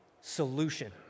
solution